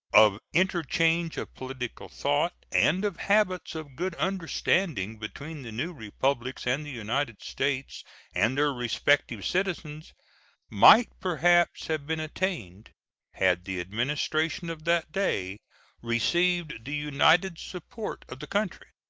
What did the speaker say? of interchange of political thought, and of habits of good understanding between the new republics and the united states and their respective citizens might perhaps have been attained had the administration of that day received the united support of the country.